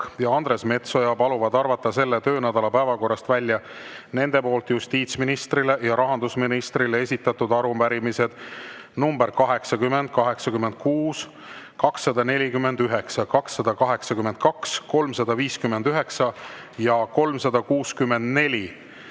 ja Andres Metsoja paluvad arvata selle töönädala päevakorrast välja nende poolt justiitsministrile ja rahandusministrile esitatud arupärimised nr 80, 86, 249, 282, 359 ja 364,